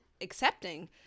accepting